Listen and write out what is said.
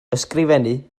ysgrifennu